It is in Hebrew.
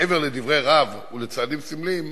מעבר לדברי רהב ולצעדים סמליים,